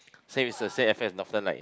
same it's the same effect as Northern-Light